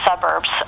suburbs